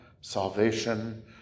salvation